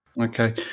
Okay